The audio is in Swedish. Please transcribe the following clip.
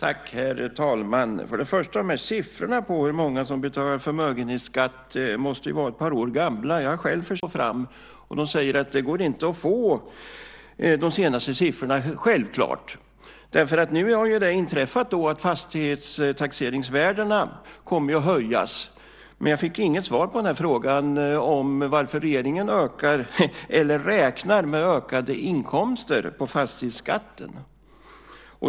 Herr talman! Till att börja med måste de där siffrorna på hur många som betalar förmögenhetsskatt vara ett par år gamla. Jag har själv försökt att få fram siffror med hjälp av riksdagens utredningstjänst, och de säger att de inte går att få de senaste siffrorna. Det är i och för sig självklart, för nu har ju det inträffat att fastighetstaxeringsvärdena kommer att höjas. Jag fick inget svar på frågan varför regeringen räknar med ökade inkomster från fastighetsskatten.